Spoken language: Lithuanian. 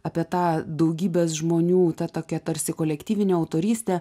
apie tą daugybės žmonių ta tokia tarsi kolektyvinė autorystė